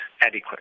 adequate